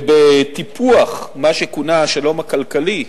ובטיפוח מה שכונה "השלום הכלכלי",